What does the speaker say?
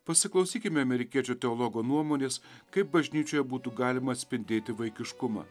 pasiklausykime amerikiečių teologo nuomonės kaip bažnyčioje būtų galima atspindėti vaikiškumą